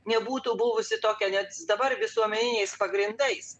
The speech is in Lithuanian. nebūtų buvusi tokia net dabar visuomeniniais pagrindais